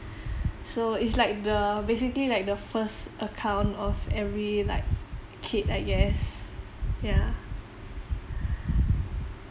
so it's like the basically like the first account of every like kid I guess ya